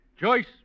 Joyce